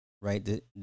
Right